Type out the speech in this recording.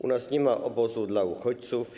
U nas nie ma obozu dla uchodźców.